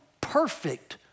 perfect